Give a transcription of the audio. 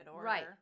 Right